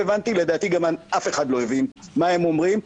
לדעתי גם אף אחד לא הבין מה הם אומרים.